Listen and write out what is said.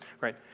right